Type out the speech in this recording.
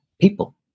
people